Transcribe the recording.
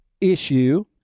issue